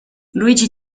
luigi